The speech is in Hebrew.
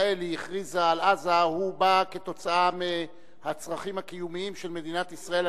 שישראל הכריזה על עזה בא כתוצאה מהצרכים הקיומיים של מדינת ישראל,